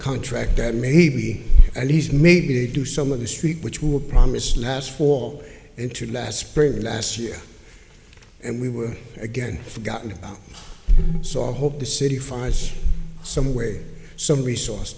contract that maybe at least maybe do some of the street which we were promised last fall into last spring last year and we were again forgotten about saw hope the city find some way some resource